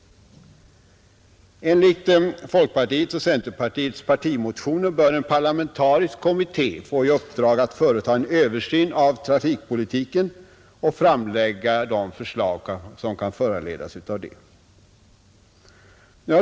Enligt folkpartiets och centerpartiets partimotioner bör en parlamentarisk kommitté få i uppdrag att företa en översyn av trafikpolitiken och framlägga de förslag som kan föranledas av det.